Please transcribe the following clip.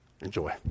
Enjoy